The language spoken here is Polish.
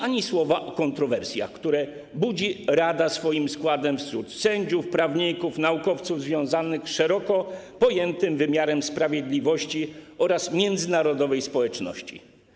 Ani słowa o kontrowersjach, które budzi rada swoim składem wśród sędziów, prawników i naukowców związanych z szeroko pojętym wymiarem sprawiedliwości oraz międzynarodowej społeczności.